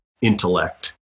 intellect